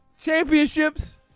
championships